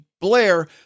Blair